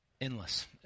Endless